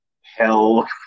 hell